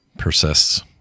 persists